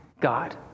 God